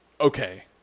Okay